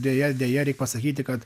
deja deja reik pasakyti kad